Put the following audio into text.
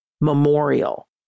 Memorial